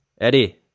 Eddie